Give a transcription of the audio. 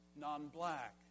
non-black